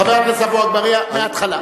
חבר הכנסת עפו אגבאריה, מההתחלה.